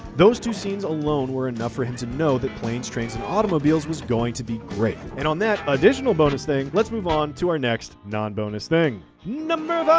those two scenes alone were enough for him to know that planes, trains and automobiles was going to be great. and on that additional bonus thing, let's move on to our next non-bonus thing. number